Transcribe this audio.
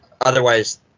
Otherwise